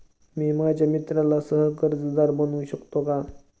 मी माझ्या मित्राला सह कर्जदार बनवू शकतो का?